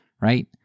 Right